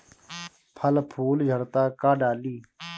फल फूल झड़ता का डाली?